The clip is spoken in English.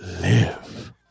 live